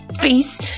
face